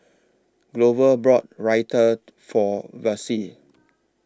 Glover brought Raita For Vassie